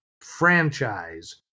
franchise